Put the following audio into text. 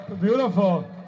Beautiful